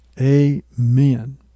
Amen